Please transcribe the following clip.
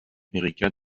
erika